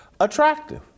attractive